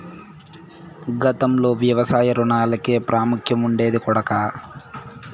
గతంలో వ్యవసాయ రుణాలకే ప్రాముఖ్యం ఉండేది కొడకా